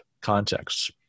contexts